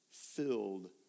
filled